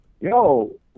yo